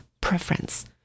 preference